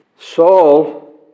Saul